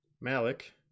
Malik